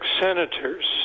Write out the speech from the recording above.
senators